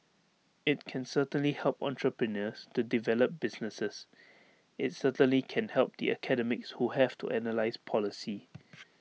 IT can certainly help entrepreneurs to develop businesses IT certainly can help the academics who have to analyse policy